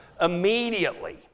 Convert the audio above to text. Immediately